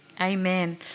amen